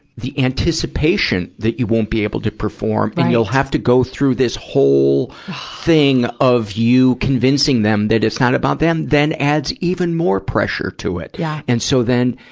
the anticipation that you won't be able to perform, and you'll have to go through this whole thing of you convincing them that it's not about them, then adds even more pressure to it. yeah and so then,